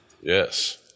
Yes